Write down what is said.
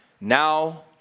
now